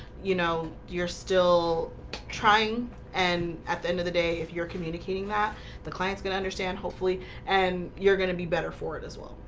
you know you're still trying and at the end of the day? if you're communicating that the clients gonna understand hopefully and you're gonna be better for it as well.